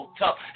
tough